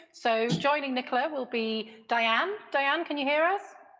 so joining nichola will be diane, diane, can you hear us?